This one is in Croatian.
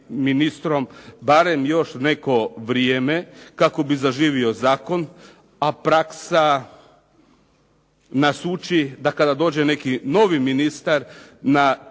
barem još neko vrijeme kako bi zaživio zakon, a praksa nas uči da kada dođe neki novi ministar na bilo